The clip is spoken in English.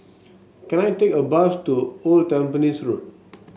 can I take a bus to Old Tampines Road